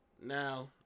Now